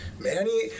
Manny